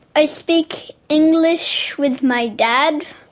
i speak english with my dad